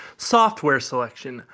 software selection.